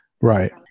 Right